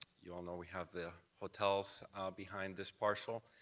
you all know we have the hotels behind this parcel.